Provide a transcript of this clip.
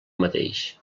mateix